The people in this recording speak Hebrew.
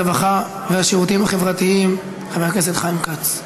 הרווחה והשירותים החברתיים חבר הכנסת חיים כץ.